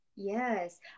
Yes